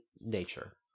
nature